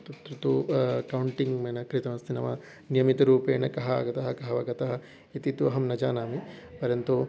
तत्र तु कौण्टिङ्ग् मेन कृतमस्ति नाम नियमितरूपेण कः आगतः कः वा गतः इति तु अहं न जानामि परन्तु